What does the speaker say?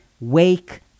wake